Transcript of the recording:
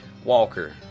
walker